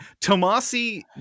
Tomasi